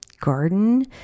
garden